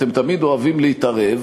אתם תמיד אוהבים להתערב,